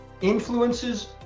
influences